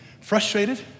frustrated